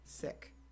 Sick